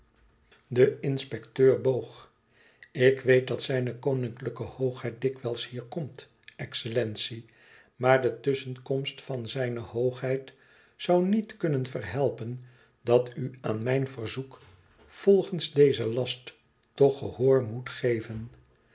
de inspecteur boog ik weet dat zijne koninklijke hoogheid dikwijls hier komt excellentie maar de tusschenkomst van zijne hoogheid zoû niet kunnen verhelpen dat u aan mijn verzoek volgens dezen last toch gehoor moet geven